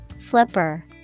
Flipper